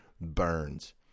burns